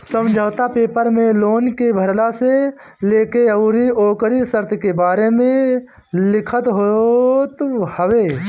समझौता पेपर में लोन के भरला से लेके अउरी ओकरी शर्त के बारे में लिखल होत हवे